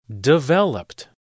developed